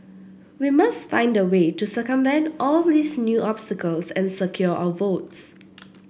we must find a way to circumvent all these new obstacles and secure our votes